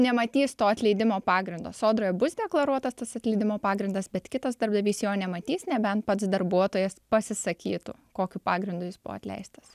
nematys to atleidimo pagrindo sodroje bus deklaruotas tas atleidimo pagrindas bet kitas darbdavys jo nematys nebent pats darbuotojas pasisakytų kokiu pagrindu jis buvo atleistas